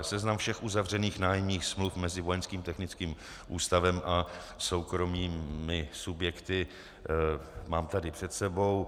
Seznam všech uzavřených nájemních smluv mezi Vojenských technickým ústavem a soukromými subjekty mám tady před sebou.